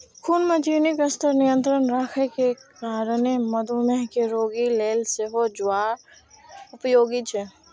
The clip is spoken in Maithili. खून मे चीनीक स्तर नियंत्रित राखै के कारणें मधुमेह के रोगी लेल सेहो ज्वार उपयोगी छै